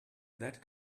that